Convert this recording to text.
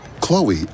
Chloe